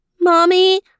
Mommy